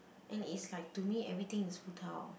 and it's like to me everything is futile